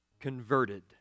converted